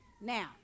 now